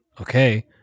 okay